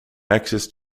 access